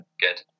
good